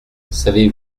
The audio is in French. savez